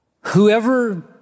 Whoever